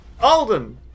Alden